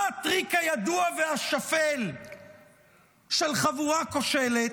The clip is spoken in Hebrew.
מה הטריק הידוע והשפל של חבורה כושלת?